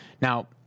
Now